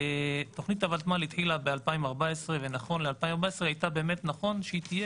תוכנית הוותמ"ל התחילה ב-2014 ונכון ל-2014 נכון היה שהיא תהיה